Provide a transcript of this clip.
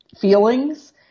feelings